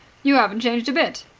you haven't changed a bit.